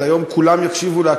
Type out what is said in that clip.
אבל היום כולם יקשיבו לה,